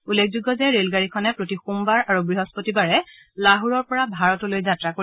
উল্লেখযোগ্য যে ৰেলগাড়ীখনে প্ৰতি সোমবাৰ আৰু বৃহস্পতিবাৰে লাহোৰৰ পৰা ভাৰত অভিমুখে যাত্ৰা কৰিব